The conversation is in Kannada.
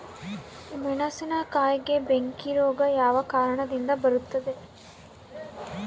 ಮೆಣಸಿನಕಾಯಿಗೆ ಬೆಂಕಿ ರೋಗ ಯಾವ ಕಾರಣದಿಂದ ಬರುತ್ತದೆ?